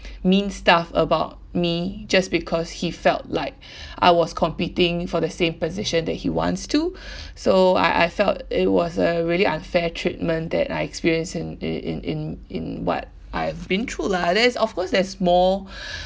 mean stuff about me just because he felt like I was competing for the same position that he wants to so I I felt it was a really unfair treatment that I experienced in in in in in what I have been through lah there is of course there's more